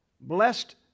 Blessed